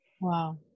Wow